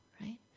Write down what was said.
Right